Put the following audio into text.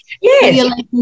Yes